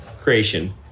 creation